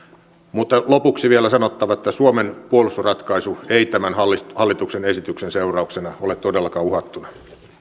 lopuksi vielä on sanottava että suomen puolustusratkaisu ei tämän hallituksen hallituksen esityksen seurauksena ole todellakaan uhattuna